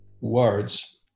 words